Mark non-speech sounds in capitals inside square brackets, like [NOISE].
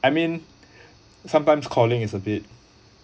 I mean [BREATH] sometimes calling is a bit